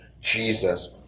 Jesus